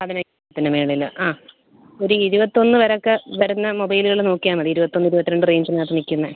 പതിനെട്ടിന് മുകളിൽ ആ ഒരു ഇരുപത്തൊന്ന് വരെയൊക്കെ വരുന്ന മൊബൈലുകൾ നോക്കിയാൽ മതി ഇരുപത്തൊന്ന് ഇരുപത്തിരണ്ട് റേഞ്ചിനകത്ത് നിൽക്കുന്ന